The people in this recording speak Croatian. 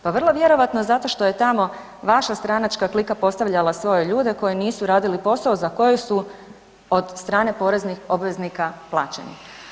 Pa vrlo vjerojatno zato što je tamo vaša stranačka klika postavljala svoje ljude koji nisu radili posao za koji su od strane poreznih obveznika plaćeni.